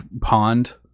pond